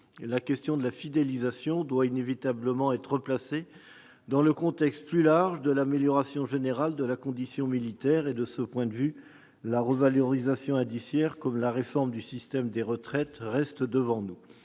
La question de la fidélisation doit inévitablement être replacée dans un contexte plus large, celui de l'amélioration générale de la condition militaire. De ce point de vue, la revalorisation indiciaire comme la réforme du système de retraite restent devant nous.